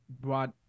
brought